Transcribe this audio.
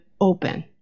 open